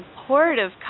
supportive